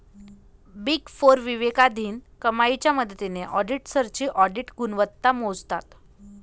big four विवेकाधीन कमाईच्या मदतीने ऑडिटर्सची ऑडिट गुणवत्ता मोजतात